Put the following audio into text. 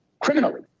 Criminally